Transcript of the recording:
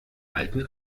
alten